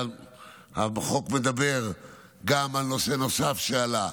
החוק מדבר גם על נושא נוסף שעלה,